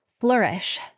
flourish